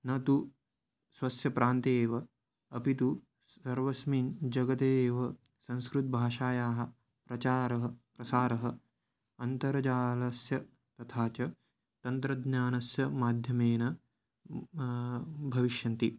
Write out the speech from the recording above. न तु स्वस्य प्रान्ते एव अपि तु सर्वस्मिन् जगते एव संस्कृतभाषायाः प्रचारः प्रसारः अन्तर्जालस्य तथा च तन्त्रज्ञानस्य माध्यमेन भविष्यन्ति